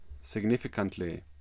Significantly